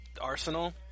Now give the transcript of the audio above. Arsenal